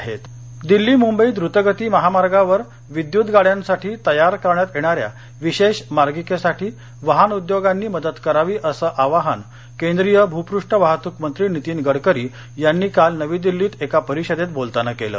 गडकरी द्रतगती महामार्ग ंदिल्ली मुंबई द्रतगती महामार्गावर विद्यूत गाड्यांसाठी तयार करण्यात येणाऱ्या विशेष मार्गीकिसाठी वाहन उद्योगांनी मदत करावी असं आवाहन केंद्रीय भूपष्ठ वाहतूक मंत्री नितीन गडकरी यांनी काल नवी दिल्लीत एका परिषदेत बोलताना केलं